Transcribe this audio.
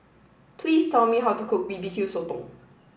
please tell me how to cook B B Q Sotong